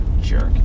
Jerk